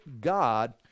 god